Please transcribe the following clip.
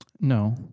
No